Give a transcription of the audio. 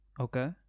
Okay